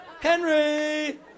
Henry